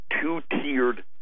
two-tiered